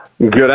good